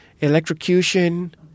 electrocution